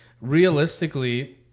realistically